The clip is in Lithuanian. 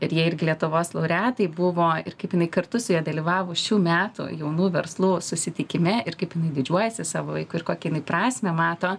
ir jie irgi lietuvos laureatai buvo ir kaip jinai kartu su ja dalyvavo šių metų jaunų verslų susitikime ir kaip jinai didžiuojasi savo vaiku ir kokią jinai prasmę mato